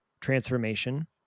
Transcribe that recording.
transformation